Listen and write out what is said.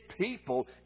people